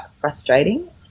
frustrating